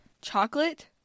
Chocolate